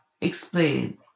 explain